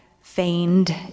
feigned